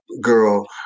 girl